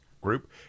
group